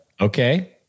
Okay